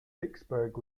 vicksburg